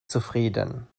zufrieden